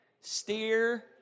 steer